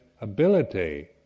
ability